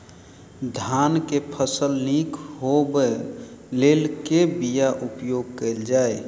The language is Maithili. धान केँ फसल निक होब लेल केँ बीया उपयोग कैल जाय?